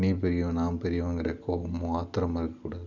நீ பெரியவன் நான் பெரியவங்கிற கோபமும் ஆத்திரமும் இருக்கக் கூடாது